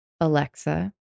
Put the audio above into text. Alexa